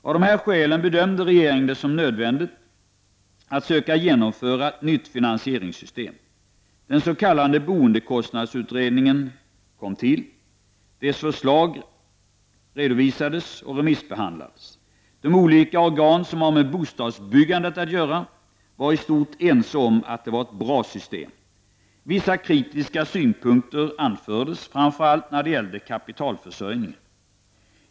Av dessa skäl bedömde regeringen det som nödvändigt att söka genomföra ett nytt finansieringssystem. Den s.k. boendekostnadsutredningens tillsattes. Dess förslag redovisades och remissbehandlades. De olika organ som har med bostadsbyggandet att göra var i stort sett ense om att det var ett bra system. Vissa kritiska synpunkter anfördes framför allt när det gällde kapitalförsörjningen.